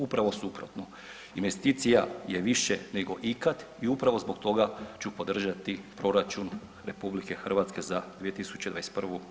Upravo suprotno, investicija je više nego ikad i upravo zbog toga ću podržati proračuna RH za 2021. godinu.